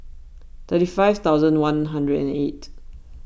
thirty five thousand one hundred and eight